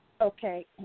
Okay